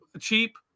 cheap